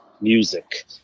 music